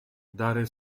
dare